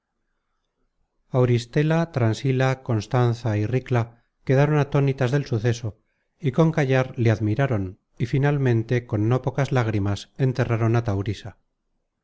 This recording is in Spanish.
sobresaltos auristela transila constanza y ricla quedaron atónitas del suceso y con callar le admiraron y finalmente con no pocas lágrimas enterraron á taurisa